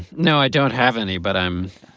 you know i don't have any, but i'm.